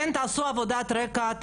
אתם תעשו עבודת רקע.